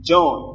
John